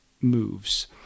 moves